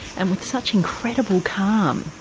and with such incredible calm.